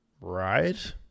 Right